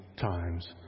times